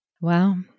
Wow